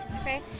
Okay